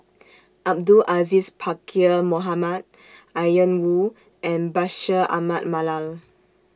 Abdul Aziz Pakkeer Mohamed Ian Woo and Bashir Ahmad Mallal